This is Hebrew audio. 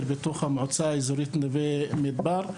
שנמצאים בתוך המועצה האזורית נווה מדבר.